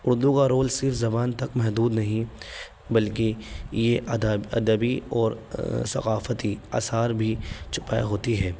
اردو کا رول صرف زبان تک محدود نہیں بلکہ یہ ادب ادبی اور ثقافتی آثار بھی چھپائے ہوتی ہے